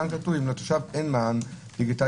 כאן כתוב שאם לתושב אין מען דיגיטלי,